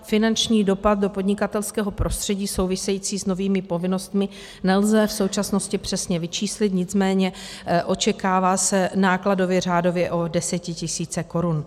Finanční dopad do podnikatelského prostředí související s novými povinnostmi nelze v současnosti přesně vyčíslit, nicméně očekává se nákladově řádově o desetitisíce korun.